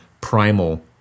primal